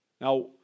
Now